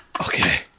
Okay